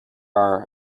are